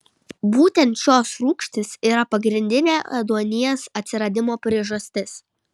būtent šios rūgštys yra pagrindinė ėduonies atsiradimo priežastis